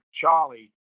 Charlie